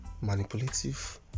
manipulative